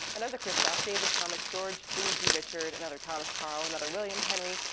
another christoph, david, thomas, george, luigi, richard, another thomas, karl, another william, henry,